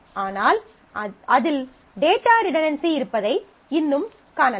ஆனால் அதில் data redundancy இருப்பதை இன்னும் காணலாம்